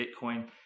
Bitcoin